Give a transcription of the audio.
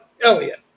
Elliott